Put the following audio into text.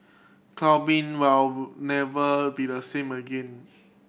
clubbing will never be the same again